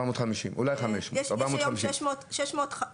450. אולי 500. יש היום 643 רדיולוגים.